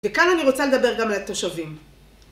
וכאן אני רוצה לדבר גם על התושבים.